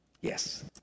Yes